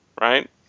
right